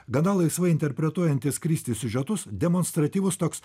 gana laisvai interpretuojantys kristi siužetus demonstratyvus toks